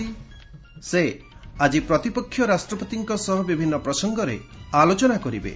ସେ ଆଜି ପ୍ରତିପକ୍ଷ ରାଷ୍ଟ୍ରପତିଙ୍କ ସହ ବିଭିନ୍ନ ପ୍ରସଙ୍ଗରେ ଆଲୋଚନା କରିବେ